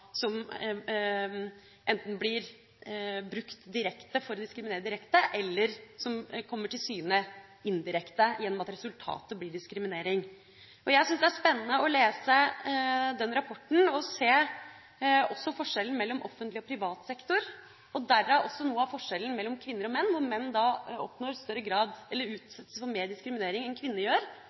som enten blir brukt for å diskriminere direkte, eller som kommer til syne indirekte gjennom at resultatet blir diskriminering. Jeg syns det er spennende å lese rapporten og se forskjellen mellom offentlig og privat sektor, og dermed noe av forskjellen mellom kvinner og menn. Menn utsettes for mer diskriminering enn kvinner, for privat sektor kommer dårligere ut enn